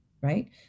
right